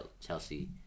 Chelsea